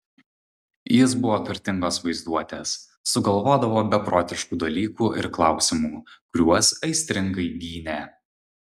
jis buvo turtingos vaizduotės sugalvodavo beprotiškų dalykų ir klausimų kuriuos aistringai gynė